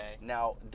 now